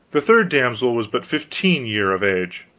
the third damsel was but fifteen year of age